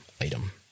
item